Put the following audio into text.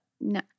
No